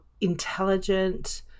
intelligent